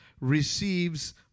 receives